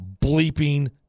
bleeping